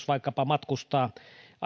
vaikkapa matkustaa